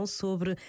sobre